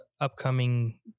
upcoming